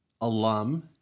alum